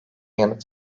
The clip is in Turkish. yanıt